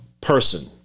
person